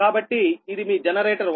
కాబట్టి ఇది మీ జనరేటర్ 1